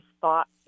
thoughts